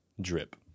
drip